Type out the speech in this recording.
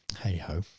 hey-ho